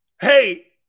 Hey